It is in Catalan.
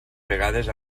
vegades